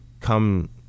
come